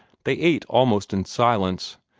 they ate almost in silence,